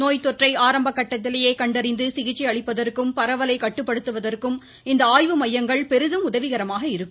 நோய்த்தொற்றை ஆரம்ப கட்டத்திலேயே கண்டறிந்து சிகிச்சை அளிப்பதற்கும் பரவலை கட்டுப்படுத்துவதற்கும் இந்த ஆய்வு மையங்கள் பெரிதும் உதவிகரமாக இருக்கும்